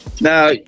now